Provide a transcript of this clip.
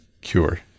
cure